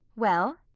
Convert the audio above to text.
well?